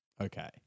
okay